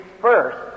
first